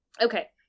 Okay